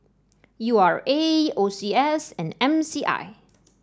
U R A O C S and M C I